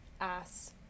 ass